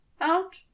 out